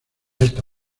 esta